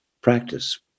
practice